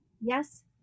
Yes